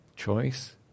choice